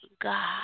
God